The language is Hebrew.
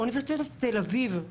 באוניברסיטת תל-אביב,